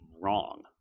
wrong